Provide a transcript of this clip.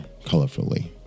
colorfully